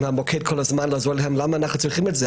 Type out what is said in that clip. המוקד כל הזמן והם אומרים: למה אנחנו צריכים את זה?